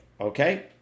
okay